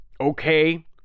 okay